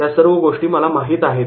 या सर्व गोष्टी मला माहित आहेत